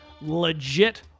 legit